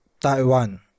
taiwan